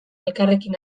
elkarrekin